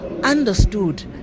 Understood